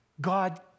God